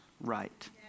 right